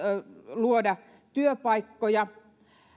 luoda työpaikkoja